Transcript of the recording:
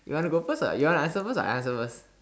you want to go first or you want to answer first or I answer first